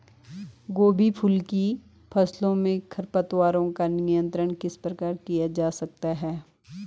गोभी फूल की फसलों में खरपतवारों का नियंत्रण किस प्रकार किया जा सकता है?